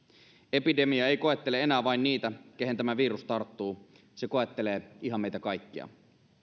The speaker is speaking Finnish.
epidemia ei koettele enää vain niitä keihin tämä virus tarttuu se koettelee ihan meitä kaikkia